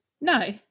No